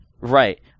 Right